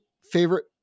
favorite